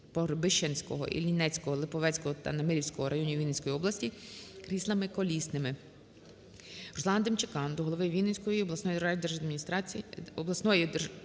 Погребищенського, Іллінецького, Липовецького та Немирівського районів Вінницької області кріслами колісними. РусланаДемчака до голови Вінницької обласної державної